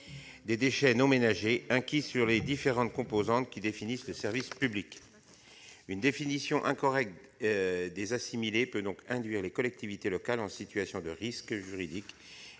des déchets non ménagers, ainsi que des différentes composantes définissant le service public. Une définition incorrecte des déchets assimilés peut placer les collectivités locales en situation de risque juridique